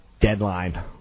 deadline